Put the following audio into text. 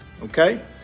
Okay